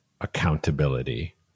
accountability